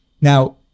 now